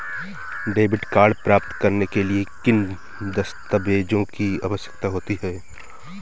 Debit card प्राप्त करने के लिए किन दस्तावेज़ों की आवश्यकता होती है?